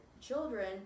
children